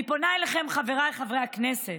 אני פונה אליכם, חבריי חברי הכנסת: